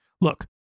Look